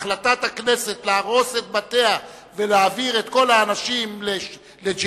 החלטת הכנסת להרוס את בתיה ולהעביר את כל האנשים לג'נין,